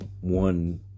one